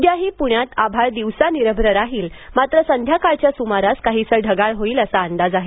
उद्याही पुण्यात आभाळ दिवसा निरभ्र राहील मात्र संध्याकाळच्या सुमारास काहीसं ढगाळ होईल असा अंदाज आहे